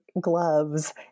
gloves